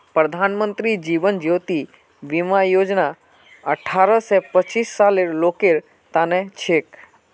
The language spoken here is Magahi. प्रधानमंत्री जीवन ज्योति बीमा योजना अठ्ठारह स पचास सालेर लोगेर तने छिके